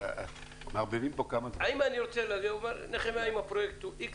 נחמיה אומר שאם הפרויקט הוא X